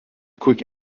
cook